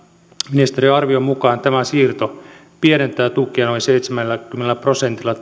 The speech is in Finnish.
ministeriön arvion mukaan tämä siirto pienentää tukea noin seitsemälläkymmenellä prosentilla